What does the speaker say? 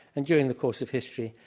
and during the course of history,